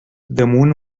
damunt